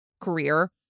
career